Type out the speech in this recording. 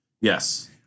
Yes